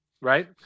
right